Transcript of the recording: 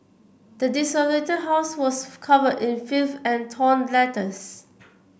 the desolated house was covered in filth and torn letters